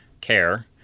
care